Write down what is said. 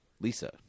Lisa